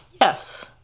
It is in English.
Yes